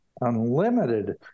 unlimited